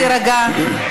נא להירגע.